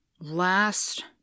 last